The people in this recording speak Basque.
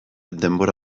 denbora